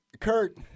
Kurt